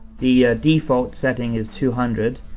the default setting is two hundred.